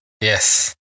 Yes